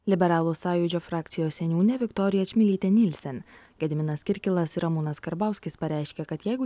liberalų sąjūdžio frakcijos seniūnė viktorija čmilytė nylsen gediminas kirkilas ir ramūnas karbauskis pareiškė kad jeigu